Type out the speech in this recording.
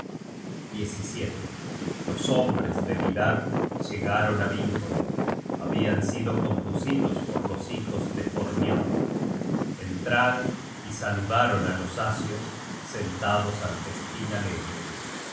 los hombres de vidarr llegaron á vingolf habian sido conducidos por los hijos de forniot entraron y saludaron á los asios sentados al festin alegre